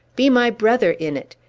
be my brother in it!